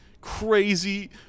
crazy